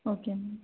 okay ma'am